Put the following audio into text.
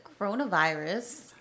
coronavirus